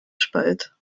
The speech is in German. spalt